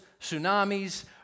tsunamis